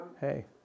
Hey